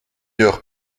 heure